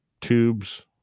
tubes